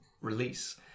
release